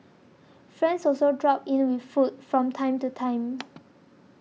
friends also drop in with food from time to time